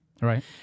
Right